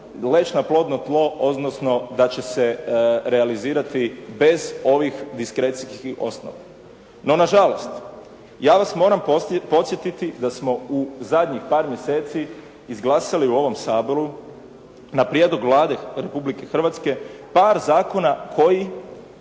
leći na plodno tlo, odnosno da će se realizirati bez ovih diskrecijskih osnova. No, na žalost, ja vas moram podsjetiti da smo u zadnjih par mjeseci izglasali u ovom Saboru na prijedlog Vlade Republike Hrvatske par zakona koji